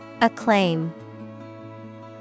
Acclaim